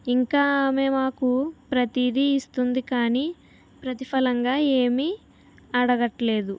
ఇంకా ఆమె మాకు ప్రతిదీ ఇస్తుంది కానీ ప్రతిఫలంగా ఏమి అడగటం లేదు